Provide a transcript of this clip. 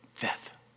death